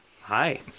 Hi